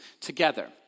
together